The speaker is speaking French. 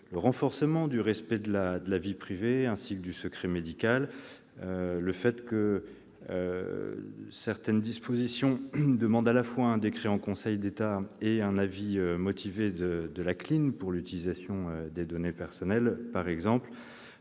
le renforcement du respect de la vie privée et du secret médical, ainsi que le fait que certaines dispositions requièrent à la fois un décret en Conseil d'État et un avis motivé de la CNIL pour l'utilisation des données personnelles. Saluons